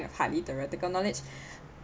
of highly theoretical knowledge